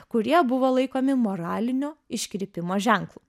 kurie buvo laikomi moralinio iškrypimo ženklu